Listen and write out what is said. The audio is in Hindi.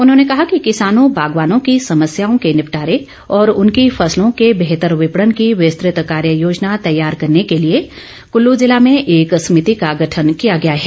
उन्होंने कहा कि किसानों बांगवानों की समस्याओं के निपटारे और उनकी फसलों के बेहतर विपणन की विस्तृत कार्य योजना तैयार करने के लिए कल्लू जिला में एक समिति का गठन किया गया है